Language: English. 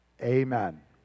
amen